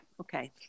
okay